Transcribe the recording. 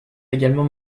également